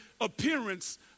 appearance